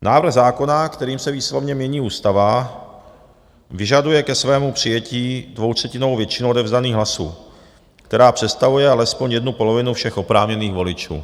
Návrh zákona, kterým se výslovně mění ústava, vyžaduje ke svému přijetí dvoutřetinovou většinu odevzdaných hlasů, která představuje alespoň jednu polovinu všech oprávněných voličů.